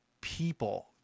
people